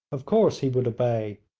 of course he would obey,